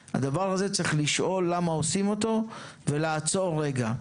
- צריך לשאול למה עושים את הדבר הזה ולעצור לרגע.